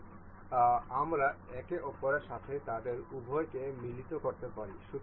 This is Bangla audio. এবং আমরা একে অপরের সাথে তাদের উভয়কে মিলিত করতে পারি